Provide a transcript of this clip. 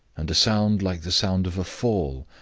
and a sound like the sound of a fall,